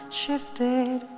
shifted